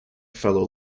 fellow